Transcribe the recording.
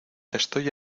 estoy